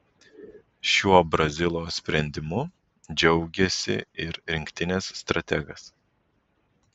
šiuo brazilo sprendimu džiaugėsi ir rinktinės strategas